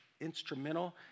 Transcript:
instrumental